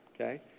Okay